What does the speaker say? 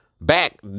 back